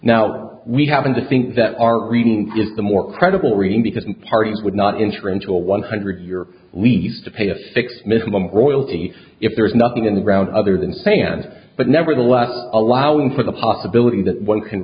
now we happen to think that our reading is the more credible reading because the parties would not interim to a one hundred your lease to pay a fixed minimum royalty if there's nothing in the ground other than say and but nevertheless allowing for the possibility that one can